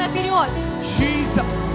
Jesus